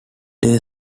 day